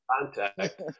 contact